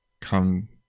come